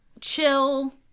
chill